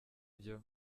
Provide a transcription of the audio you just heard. byo